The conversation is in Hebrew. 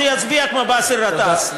שיצביע כמו באסל גטאס.